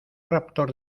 raptor